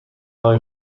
های